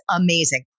amazing